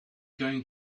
going